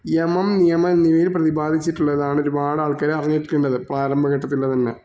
യമം യമം എന്നിവയെ പ്രദിപാദിച്ചിട്ടുള്ളതാണ് ഒരുപാടാൾക്കാർ അറിഞ്ഞിട്ടുള്ളത് പാരമ്പര്യഘട്ടത്തിൻ്റെ തന്നെ